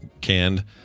canned